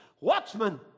Watchmen